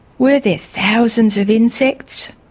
were there thousands of insects?